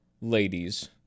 ladies